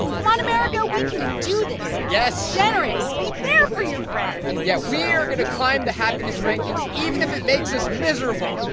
come on, america. we can do this yes be generous. be there for your friends yeah. we are going to climb the happiness rankings even if it makes us miserable.